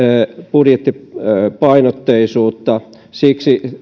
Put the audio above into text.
budjettipainotteisuutta siksi